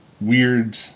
weird